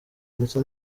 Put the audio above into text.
ndetse